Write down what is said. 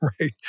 right